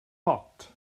but